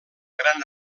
gran